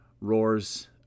roars